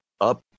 up